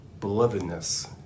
belovedness